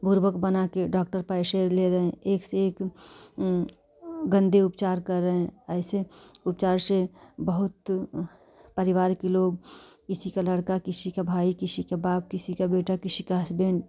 बुड़बक बनाकर डाक्टर पैसे ले रहे हैं एक से एक गंदे उपचार कर रहे हैं ऐसे उपचार से बहुत परिवार के लोग किसी का लड़का किसी का भाई किसी का बाप किसी का बेटा किसी का हस्बैंड